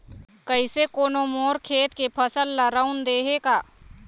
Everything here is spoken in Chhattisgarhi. कइसे कोनो मोर खेत के फसल ल रंउद दे हे का?